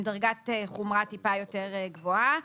חובות עם דרגת חומרה מעט יותר גבוהה.